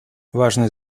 важное